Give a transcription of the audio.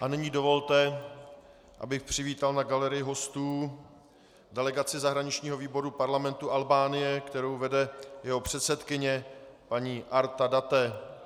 A nyní dovolte, abych přivítal na galerii hostů delegaci zahraničního výboru parlamentu Albánie, kterou vede jeho předsedkyně paní Arta Dade.